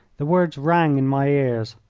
the words rang in my ears.